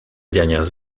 dernières